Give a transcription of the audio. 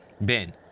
Ben